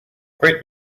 great